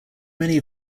many